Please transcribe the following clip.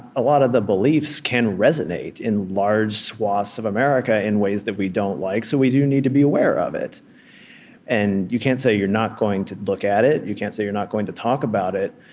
a lot of the beliefs can resonate in large swaths of america in ways that we don't like, so we do need to be aware of it and you can't say you're not going to look at it you can't say you're not going to talk about it,